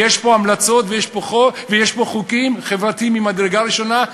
ויש פה המלצות ויש פה חוקים חברתיים ממדרגה ראשונה.